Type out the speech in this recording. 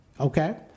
Okay